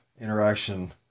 interaction